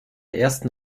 ersten